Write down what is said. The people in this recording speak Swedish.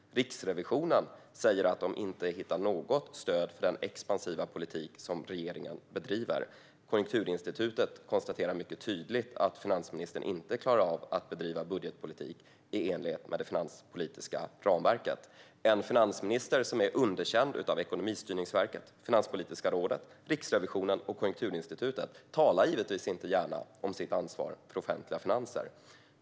Riksrevisionen säger att de inte hittar något stöd för den expansiva politik som regeringen bedriver. Konjunkturinstitutet konstaterar mycket tydligt att finansministern inte klarar av att bedriva budgetpolitik i enlighet med det finanspolitiska ramverket. En finansminister som är underkänd av Ekonomistyrningsverket, Finanspolitiska rådet, Riksrevisionen och Konjunkturinstitutet talar givetvis inte gärna om sitt ansvar för offentliga finanser.